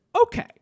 okay